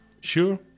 Sure